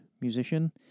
musician